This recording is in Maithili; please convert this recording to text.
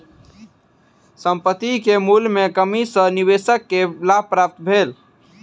संपत्ति के मूल्य में कमी सॅ निवेशक के लाभ प्राप्त भेल